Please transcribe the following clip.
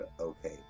okay